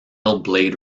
metal